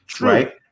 right